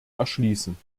erschließen